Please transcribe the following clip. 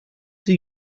does